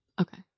Okay